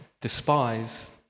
despise